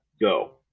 go